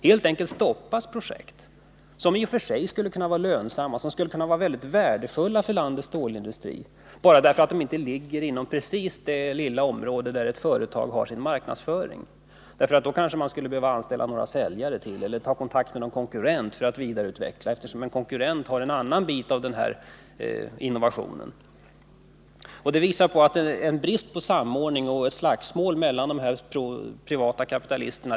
Ändå rör det sig om projekt som skulle kunna bli både lönsamma och värdefulla för landets stålindustri. Men de råkar inte ligga precis inom det lilla område där företaget i fråga bedriver sin marknadsföring. Att genomföra ett visst projekt skulle kanske betyda att företaget måste anställa ytterligare några säljare eller ta kontakt med någon konkurrent för att vidareutveckla den produkt det gäller. Konkurrenten sysslar kanske med någon annan bit av innovationen. Det visar på en bristande samordning och på slagsmål mellan de privata kapitalisterna.